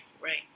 right